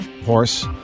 horse